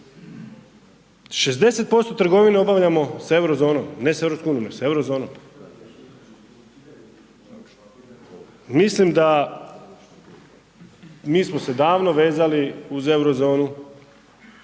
sa EU, nego sa Eurozonom, mislim da mi smo se davno vezali uz Eurozonu